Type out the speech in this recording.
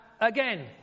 again